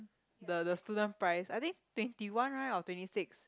the the student price I think twenty one right or twenty six